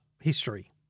history